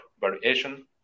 variation